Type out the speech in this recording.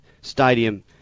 stadium